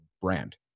brand